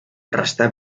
restà